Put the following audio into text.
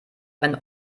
ein